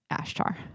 Ashtar